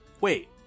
wait